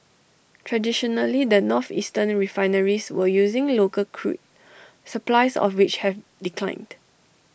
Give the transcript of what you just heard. traditionally the northeastern refineries were using local crude supplies of which have declined